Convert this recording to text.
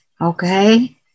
Okay